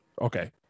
Okay